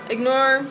Ignore